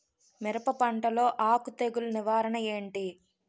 మిరప పంటలో ఆకు తెగులు నివారణ ఏంటి?